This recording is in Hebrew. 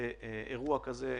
אירוע כזה.